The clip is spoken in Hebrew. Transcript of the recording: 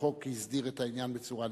שהחוק הסדיר את העניין בצורה נפרדת,